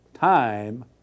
time